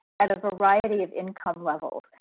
at a variety of income levels.